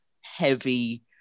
heavy